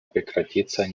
прекратиться